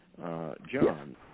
John